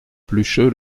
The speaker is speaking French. plucheux